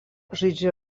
žaidžia